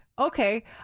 Okay